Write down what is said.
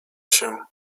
się